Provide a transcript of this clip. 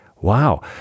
Wow